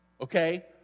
Okay